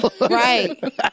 Right